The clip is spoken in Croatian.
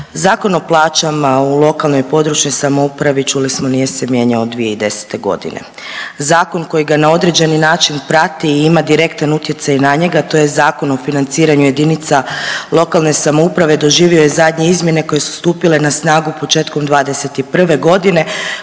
Zakon o plaćama u lokalnoj i područnoj samoupravi čuli smo nije se mijenjao od 2010. godine. Zakon koji ga na određeni način prati i ima direktan utjecaj na njega to je Zakon o financiranju jedinica lokalne samouprave doživio je zadnje izmjene koje su stupile na snagu početkom '21. godine